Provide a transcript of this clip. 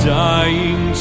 dying